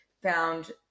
found